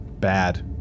bad